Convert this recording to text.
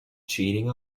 cheating